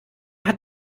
hat